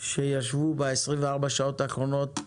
שישבו ב- 24 שעות האחרונות,